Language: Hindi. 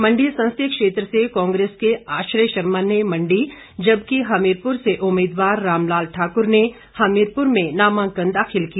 मंडी संसदीय क्षेत्र से कांग्रेस के आश्रय शर्मा ने मंडी जबकि हमीरपुर से उम्मीदवार रामलाल ठाकुर ने हमीरपुर में नामांकन दाखिल किया